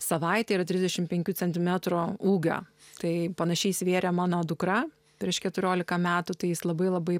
savaitę yra trisdešimt penkių centimetrų ūgio tai panašiai svėrė mano dukra prieš keturiolika metų tai jis labai labai